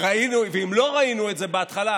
ואם לא ראינו את זה בהתחלה,